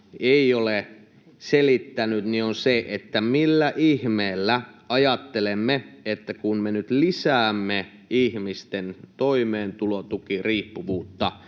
ei ole selittänyt, on se, että kun me nyt lisäämme ihmisten toimeentulotukiriippuvuutta